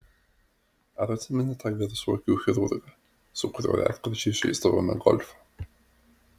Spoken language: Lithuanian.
ar atsimeni tą garsų akių chirurgą su kuriuo retkarčiais žaisdavome golfą